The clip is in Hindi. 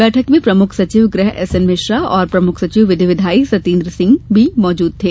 बैठक में प्रमुख सचिव गृह एसएन मिश्रा और प्रमुख सचिव विधि विधायी सत्येंद्र सिंह भी मौजूद थे